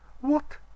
What